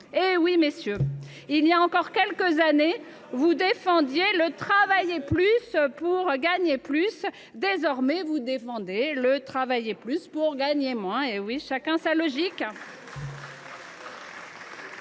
Eh oui, messieurs ! Voilà encore quelques années, vous défendiez le « travailler plus pour gagner plus »; désormais, vous défendez le « travailler plus pour gagner moins ». Chacun sa logique…